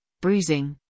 bruising